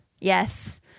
Yes